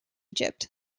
egypt